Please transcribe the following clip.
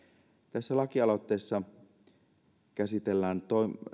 tässä lakialoitteessa käsitellään